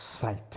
sight